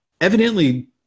Evidently